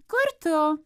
kur tu